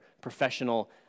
professional